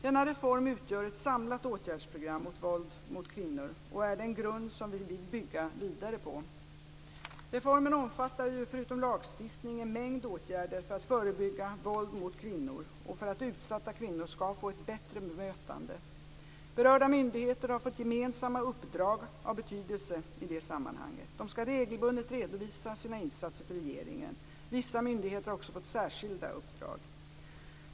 Denna reform utgör ett samlat åtgärdsprogram mot våld mot kvinnor och är den grund som vi vill bygga vidare på. Reformen omfattar ju, förutom lagstiftning, en mängd åtgärder för att förebygga våld mot kvinnor och för att utsatta kvinnor skall få ett bättre bemötande. Berörda myndigheter har fått gemensamma uppdrag av betydelse i detta sammanhang. De skall regelbundet redovisa sina insatser till regeringen. Vissa myndigheter har också fått särskilda uppdrag.